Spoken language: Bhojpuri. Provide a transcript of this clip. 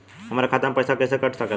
हमरे खाता में से पैसा कटा सकी ला?